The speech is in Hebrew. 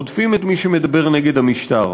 רודפים את מי שמדבר נגד המשטר.